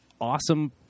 awesome